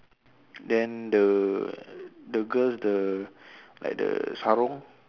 then the the girl the like the sarong